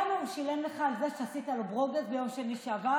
כמה הוא שילם לך על זה שעשית לו ברוגז ביום שני שעבר